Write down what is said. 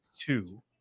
two